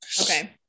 okay